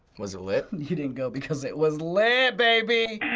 was it lit? you didn't go, because it was lit, baby.